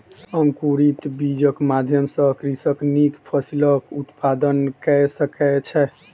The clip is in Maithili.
अंकुरित बीजक माध्यम सॅ कृषक नीक फसिलक उत्पादन कय सकै छै